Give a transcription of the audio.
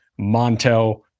montel